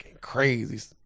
crazy